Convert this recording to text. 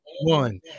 one